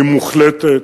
היא מוחלטת,